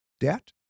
debt